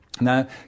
Now